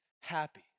happy